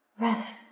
Rest